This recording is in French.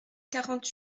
quarante